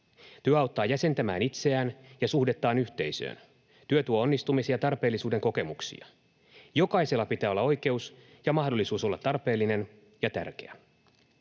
Työ auttaa jäsentämään itseään ja suhdettaan yhteisöön. Työ tuo onnistumisia ja tarpeellisuuden kokemuksia. Jokaisella pitää olla oikeus ja mahdollisuus olla tarpeellinen ja tärkeä.